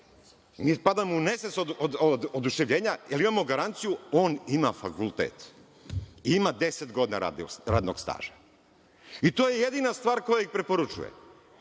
da padamo u nesvest od oduševljenja jer imamo garanciju – on ima fakultet, ima 10 godina radnog staža. To je jedina stvar koja ih preporučuje.